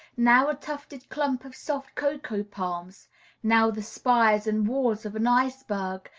now a tufted clump of soft cocoa palms now the spires and walls of an iceberg,